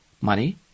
money